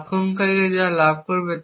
আক্রমণকারী যা লাভ করবে